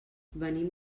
venim